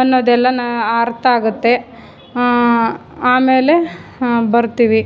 ಅನ್ನೋದೆಲ್ಲ ನಾ ಅರ್ಥ ಆಗುತ್ತೆ ಆಮೇಲೆ ಬರ್ತೀವಿ